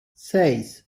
seis